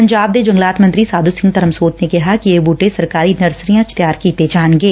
ਪੰਜਾਬ ਦੇ ਜੰਗਲਾਤ ਮੰਤਰੀ ਸਾਧੂ ਸਿੱਘ ਧਰਮਸੋਤ ਨੇ ਕਿਹਾ ਕਿ ਇਹ ਬੂਟੇ ਸਰਕਾਰੀ ਨਰਸਰੀਆਂ ਚ ਤਿਆਰ ਕੀਤੇ ਜਾਣਗੇ